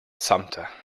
sumter